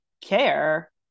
care